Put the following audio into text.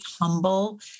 humble